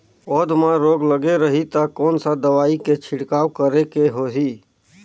पौध मां रोग लगे रही ता कोन सा दवाई के छिड़काव करेके होही?